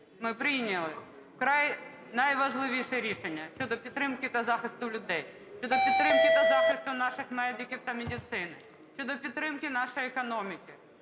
ми прийняли вкрай найважливіше рішення щодо підтримки та захисту людей, щодо підтримки та захисту наших медиків та медицини, щодо підтримки нашої економіки.